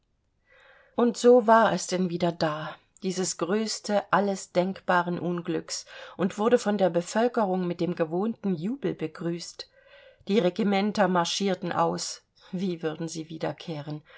und so war es denn wieder da dieses größte alles denkbaren unglücks und wurde von der bevölkerung mit dem gewohnten jubel begrüßt die regimenter marschierten aus wie würden sie wiederkehren